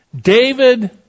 David